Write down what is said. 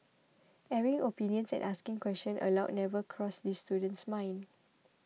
airing opinions and asking questions aloud never crossed this student's mind